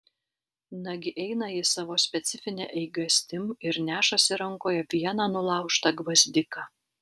nagi eina jis savo specifine eigastim ir nešasi rankoje vieną nulaužtą gvazdiką